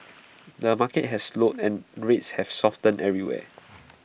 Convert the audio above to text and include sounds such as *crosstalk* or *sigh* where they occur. *noise* the market has slowed and rates have softened everywhere